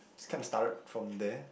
it's kinda started from there